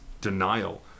denial